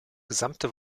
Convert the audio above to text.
gesamte